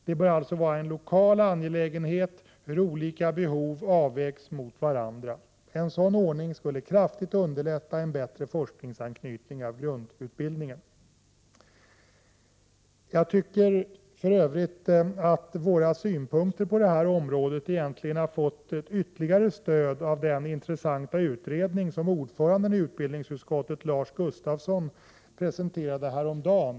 Det bör alltså vara en lokal angelägenhet där olika behov vägs mot varandra. En sådan ordning skulle starkt underlätta en bättre forskningsanknytning när det gäller grundutbildningen. Jag anser för övrigt att våra synpunkter på detta område fått ett ytterligare stöd i och med den utredning som utbildningsutskottets ordförande, Lars Gustafsson, presenterade häromdagen.